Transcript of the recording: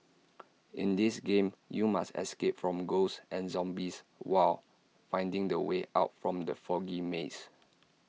in this game you must escape from ghosts and zombies while finding the way out from the foggy maze